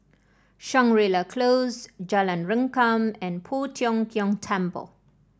Shangri La Close Jalan Rengkam and Poh Tiong Kiong Temple